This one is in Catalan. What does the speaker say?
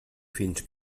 fins